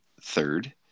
third